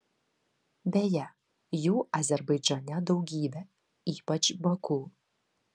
beje jų azerbaidžane daugybė ypač baku